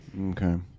Okay